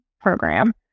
program